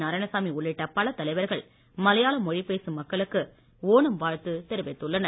நாராயணசாமி உள்ளிட்ட பல தலைவர்கள் மலையாள மொழி பேசும் மக்களுக்கு ஓணம் வாழ்த்து தெரிவித்துள்ளனர்